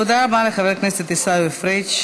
תודה רבה לחבר הכנסת עיסאווי פריג'.